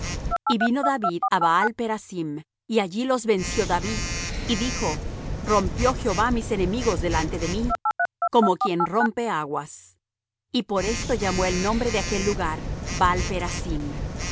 y vino david á baal perasim y allí los venció david y dijo rompió jehová mis enemigos delante de mí como quien rompe aguas y por esto llamó el nombre de aquel lugar baal perasim y